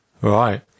Right